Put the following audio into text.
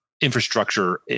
infrastructure